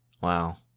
Wow